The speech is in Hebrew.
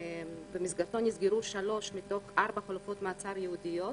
במסגרתו נסגרו שלוש מתוך ארבע חלופות מעצר ייעודיות.